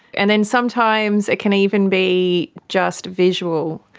and then sometimes it can even be just visual.